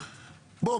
בוא,